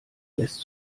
lässt